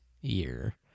year